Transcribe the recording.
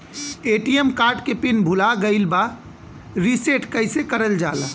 ATM card के pin भूला गइल बा रीसेट कईसे करल जाला?